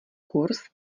kurz